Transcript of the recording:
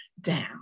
down